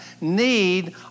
need